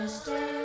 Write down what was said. stay